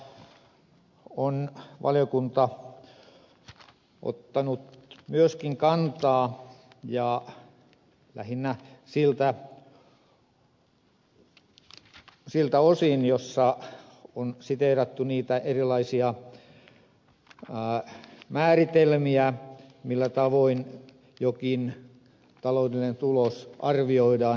omistajaohjaukseen on valiokunta ottanut myöskin kantaa ja lähinnä siltä osin että on siteerattu erilaisia määritelmiä millä tavoin jokin taloudellinen tulos arvioidaan